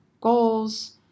goals